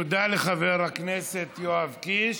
תודה לחבר הכנסת יואב קיש.